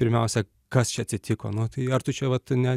pirmiausia kas čia atsitiko nu tai ar tu čia vat ne